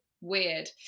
weird